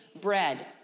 bread